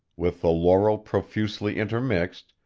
with the laurel profusely intermixed,